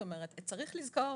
צריך לזכור